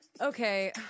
Okay